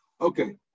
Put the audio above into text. Okay